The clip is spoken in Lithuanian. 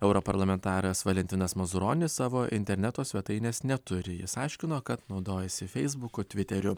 europarlamentaras valentinas mazuronis savo interneto svetainės neturi jis aiškino kad naudojasi feisbuku tviteriu